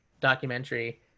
documentary